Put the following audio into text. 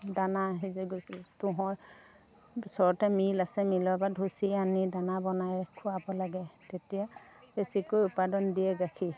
দানা সেই যে গৈছিল তুঁহৰ ওচৰতে মিল আছে মিলৰ পৰা ধুচি আনি দানা বনাই খুৱাব লাগে তেতিয়া বেছিকৈ উৎপাদন দিয়ে গাখীৰ